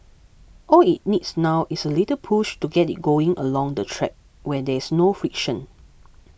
all it needs now is a little push to get it going along the track where there is no friction